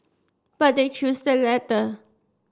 but they choose the latter